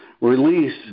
Release